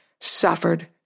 suffered